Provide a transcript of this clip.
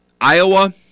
Iowa